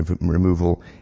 removal